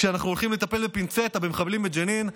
כשאנחנו הולכים לטפל בפינצטה במחבלים מג'נין,